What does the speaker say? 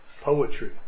Poetry